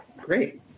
Great